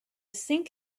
sink